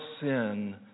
sin